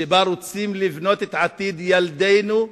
שאנו רוצים לבנות בה את עתיד ילדינו,